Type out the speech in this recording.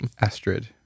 astrid